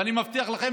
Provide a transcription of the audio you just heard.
ואני מבטיח לכם,